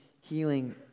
healing